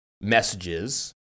messages